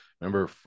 Remember